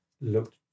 looked